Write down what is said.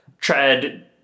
tread